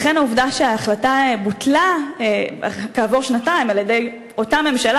לכן העובדה שההחלטה בוטלה כעבור שנתיים על-ידי אותה ממשלה,